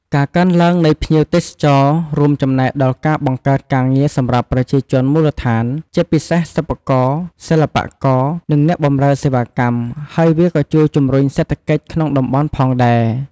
ការកើនឡើងនៃភ្ញៀវទេសចរ រួមចំណែកដល់ការបង្កើតការងារសម្រាប់ប្រជាជនមូលដ្ឋាន ជាពិសេសសិប្បករ សិល្បករ និងអ្នកបម្រើសេវាកម្ម ហើយវាក៏ជួយជំរុញសេដ្ឋកិច្ចក្នុងតំបន់ផងដែរ។